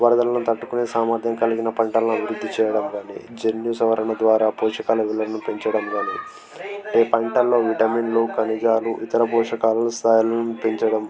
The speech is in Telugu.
వరదలను తట్టుకునే సామర్ధ్యం కలిగిన పంటలను అభివృద్ధి చేయడం కాని జన్యు సవరణ ద్వారా పోషకాల విలువను పెంచడం కాని ఈ పంటల్లో విటమిన్లు ఖనిజాలు ఇతర పోషకాల స్థాయిని పెంచడం